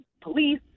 police